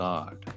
God